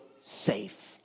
safe